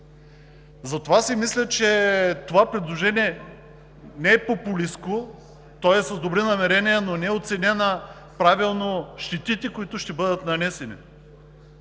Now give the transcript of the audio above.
Затова си мисля, че това предложение не е популистко, то е с добри намерения, но не са оценени правилно щетите, които ще бъдат нанесени.